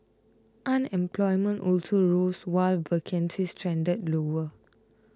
unemployment also rose while vacancies trended lower